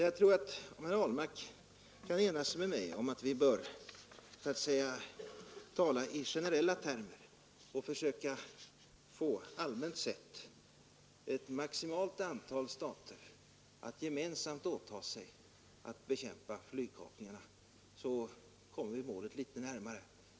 Jag tror att herr Ahlmark kan hålla med mig om att vi bör tala i generella termer och allmänt sett bör försöka få ett maximalt antal stater att gemensamt åta sig att bekämpa flygkapningarna, så att vi kommer målet närmare.